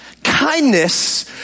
kindness